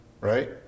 right